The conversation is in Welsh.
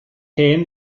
hen